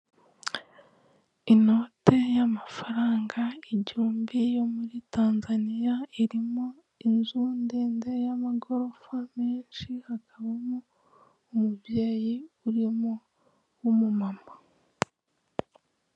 Inote y'amafaranga igihumbi yo muri tanzaniya irimo inzu ndende y'amagorofa menshi hakabamo umubyeyi urimo w'umumama.